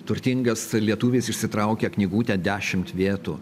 turtingas lietuvis išsitraukia knygutę dešimt vietų